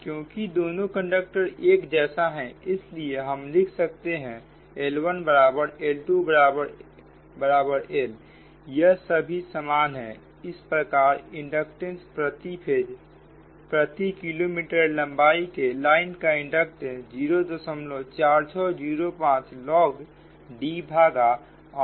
क्योंकि दोनों कंडक्टर एक जैसे हैं इसलिए हम लिख सकते हैं L1 बराबर L2 बराबर L यह सभी समान है इस प्रकार इंडक्टेंस प्रति फेज प्रति किलोमीटर लंबाई के लाइन का इंडक्टेंस 04605 log D भागा r'